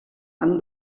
amb